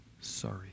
sorry